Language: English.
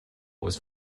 was